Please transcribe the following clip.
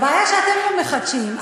הבעיה שאתם לא מחדשים,